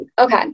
Okay